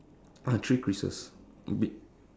I have three creases beak